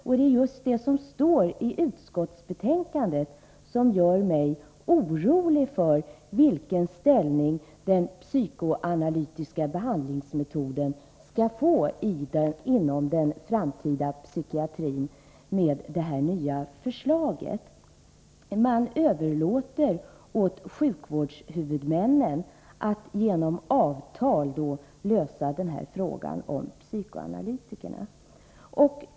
Det är just det som står i betänkandet som gör mig orolig för vilken ställning den psykoanalystiska behandlingsmetoden skall få inom den framtida psykiatrin med det här nya förslaget. Man överlåter åt sjukvårdshuvudmännen att genom avtal lösa frågan om psykoanalytikerna.